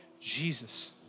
Jesus